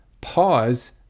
pause